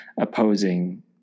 opposing